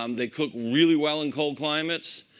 um they cook really well in cold climates.